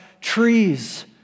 trees